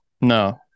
No